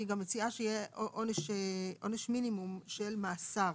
מציעה שיהיה עונש מינימום של מאסר.